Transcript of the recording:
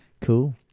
Cool